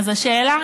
אז השאלה,